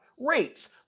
Rates